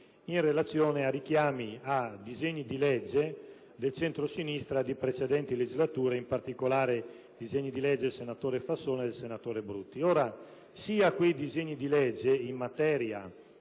in relazione a richiami a disegni di legge del centrosinistra di precedenti legislature, in particolare a quelli del senatore Fassone e del senatore Brutti. Ora, quei disegni di legge in materia